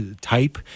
type